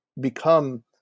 become